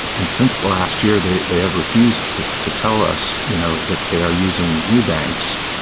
and since last year, they they have refused to to tell us you know that they are using new banks.